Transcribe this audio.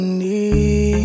need